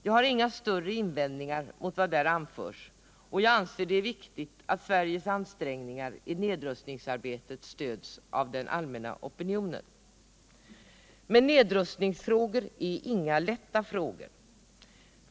Jag har inga större invändningar mot vad där anförs, och jag anser det viktigt att Sveriges ansträngningar i nedrustningsarbetet stöds av den allmänna opinionen. Men nedrustningsfrågor är inga lätta frågor.